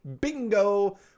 Bingo